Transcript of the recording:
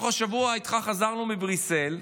אנחנו השבוע חזרנו איתך מבריסל,